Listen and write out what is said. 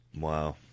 Wow